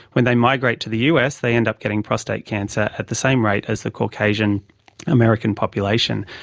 when they migrate to the us they end up getting prostate cancer at the same rate as the caucasian american population.